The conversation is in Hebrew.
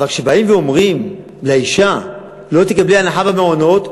אבל כשבאים ואומרים לאישה "לא תקבלי הנחה במעונות",